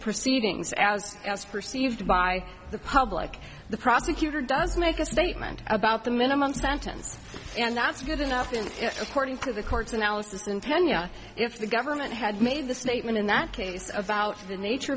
proceedings as perceived by the public the prosecutor does make a statement about the minimum sentence and that's good enough and according to the court's analysis in tenure if the government had made the statement in that case about the nature